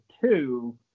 two